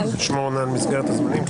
שמור נא על מסגרת הזמנים,